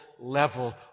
level